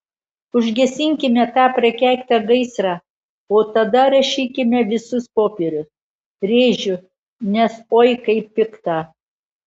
užgesinkime tą prakeiktą gaisrą o tada rašykime visus popierius rėžiu nes oi kaip pikta